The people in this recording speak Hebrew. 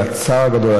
על הצער הגדול,